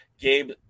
Gabe